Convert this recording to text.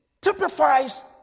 typifies